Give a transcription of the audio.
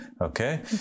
Okay